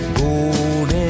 gold